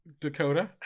Dakota